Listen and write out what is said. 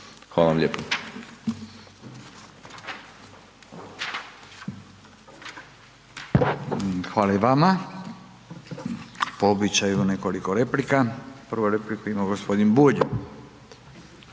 (Nezavisni)** Hvala i vama. Po običaju nekoliko replika. Prvu repliku ima gospodin Bulj.